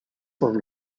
por